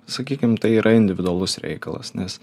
sakykim tai yra individualus reikalas nes